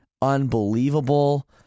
Unbelievable